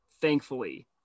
thankfully